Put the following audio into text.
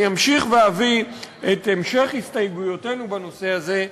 אני אמשיך ואביא את המשך הסתייגויותינו בנושא הזה,